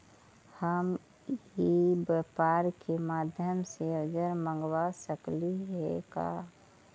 हम ई व्यापार के माध्यम से औजर मँगवा सकली हे का?